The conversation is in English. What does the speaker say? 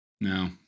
No